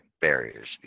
barriers